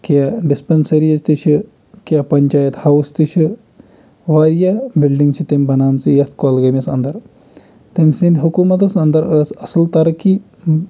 کیانٛہہ dispensaries تہِ چھِ کینٛہہ پَنچایت ہاوُس تہِ چھِ واریاہ بِلڈِنٛگ چھِ تَمہِ بَنامژٕ یَتھ کۄلگٲمِس اَنٛدَر تٔمۍ سٕنٛدِ حکوٗمَتَس اَنٛدَر ٲس اَصٕل تَرقی